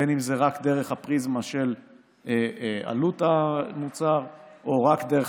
בין אם זה רק דרך הפריזמה של עלות המוצר או רק דרך